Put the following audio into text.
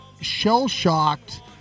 shell-shocked